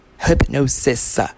Hypnosis